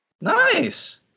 Nice